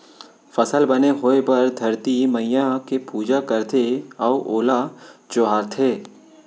फसल बने होए बर धरती मईया के पूजा करथे अउ ओला जोहारथे